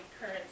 current